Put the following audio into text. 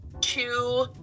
two